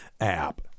app